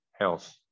Health